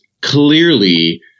clearly